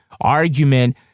argument